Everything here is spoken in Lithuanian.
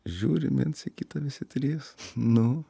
žiūrim viens kitą visi trys nu